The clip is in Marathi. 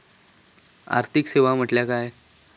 आर्थिक सेवा म्हटल्या काय?